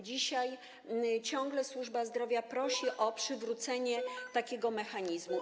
Dzisiaj ciągle służba zdrowia prosi o przywrócenie takiego mechanizmu.